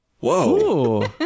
Whoa